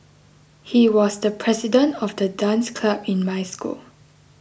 he was the president of the dance club in my school